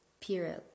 period